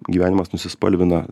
gyvenimas nusispalvina